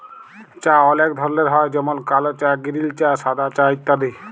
চাঁ অলেক ধরলের হ্যয় যেমল কাল চাঁ গিরিল চাঁ সাদা চাঁ ইত্যাদি